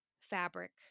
fabric